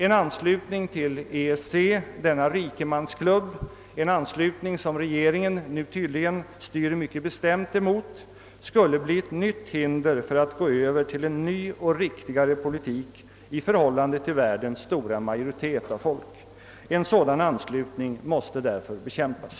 En anslutning till EEC, denna rikemansklubb — en anslutning som regeringen nu tydligen styr mycket bestämt mot — skulle bli ett nytt hinder för att gå över till en ny och riktigare politik i förhållande till världens stora majoritet av folk. En sådan anslutning måste därför bekämpas.